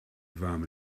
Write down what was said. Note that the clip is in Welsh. fam